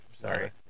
Sorry